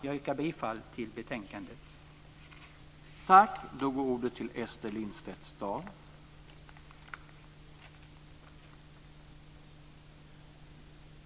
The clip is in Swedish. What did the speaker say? Jag yrkar bifall till utskottets hemställan.